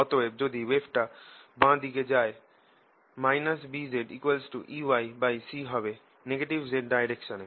অতএব যদি ওয়েভটা বাঁ দিকে যায় BzEyc হবে নেগেটিভ z ডাইরেকশনে